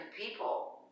people